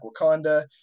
Wakanda